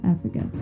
Africa